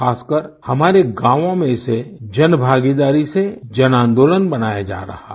खासकर हमारे गाँवों में इसे जनभागीदारी से जन आन्दोलन बनाया जा रहा है